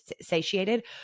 satiated